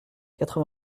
quatre